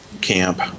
Camp